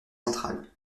centrale